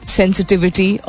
sensitivity